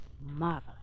Marvelous